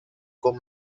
con